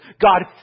God